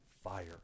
fire